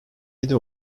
yedi